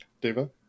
Diva